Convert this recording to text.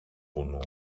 βουνού